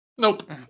nope